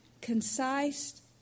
concise